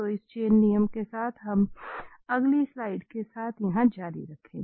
तो इस चेन नियम के साथ हम अगली स्लाइड के साथ यहां जारी रखें